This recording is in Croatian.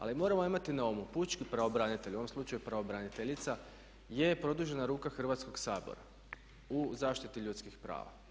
Ali moramo imati na umu pučki pravobranitelj, u ovom slučaju pravobraniteljica, je produžena ruka Hrvatskog sabora u zaštiti ljudskih prava.